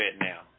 now